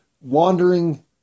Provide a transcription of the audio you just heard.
wandering